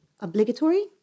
obligatory